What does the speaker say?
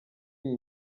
iyi